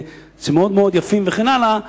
שהם מאוד מאוד יפים וכן הלאה,